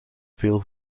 veel